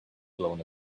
blown